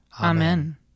Amen